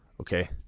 Okay